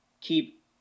keep